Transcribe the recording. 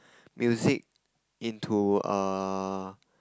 music into err